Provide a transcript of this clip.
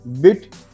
bit